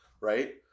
right